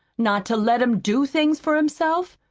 not to let him do things for himself,